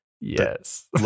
Yes